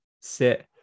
sit